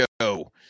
Show